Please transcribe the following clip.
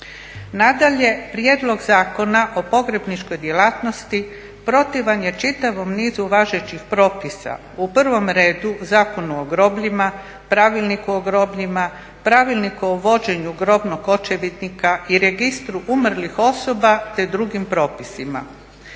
Nadalje, prijedlog Zakona o pogrebničkoj djelatnosti protivan je čitavom nizu važećih propisa. U prvom redu Zakonu o grobljima, Pravilniku o grobljima, Pravilniku o vođenju grobnog očevidnika i Registru umrlih osoba te drugim propisima.